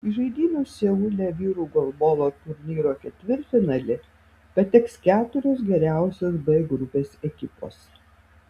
į žaidynių seule vyrų golbolo turnyro ketvirtfinalį pateks keturios geriausios b grupės ekipos